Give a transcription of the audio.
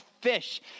fish